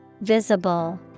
Visible